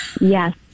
Yes